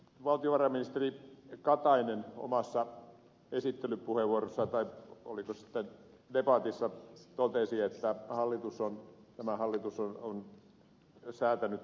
valtiovarainministeri katainen omassa esittelypuheenvuorossaan vai oliko se siten debatissa totesi että tämä hallitus on säätänyt takuueläkkeen